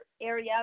area